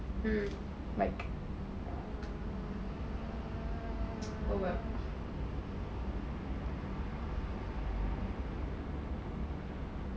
oh well